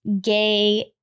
gay